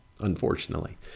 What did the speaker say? unfortunately